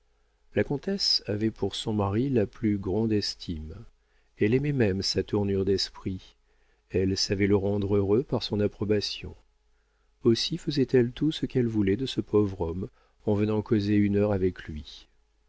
la comtesse avait pour son mari la plus grande estime elle aimait même sa tournure d'esprit elle savait le rendre heureux par son approbation aussi faisait-elle tout ce qu'elle voulait de ce pauvre homme en venant causer une heure avec lui